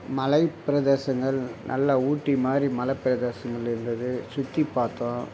மலை பிரதேசங்கள் நல்ல ஊட்டி மாதிரி மலை பிரதேசங்கள் இருந்தது சுற்றிப் பார்த்தோம்